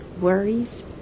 worries